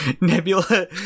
Nebula